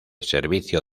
servicio